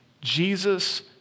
Jesus